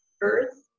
earth